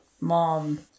mom